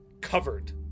covered